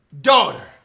daughter